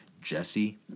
Jesse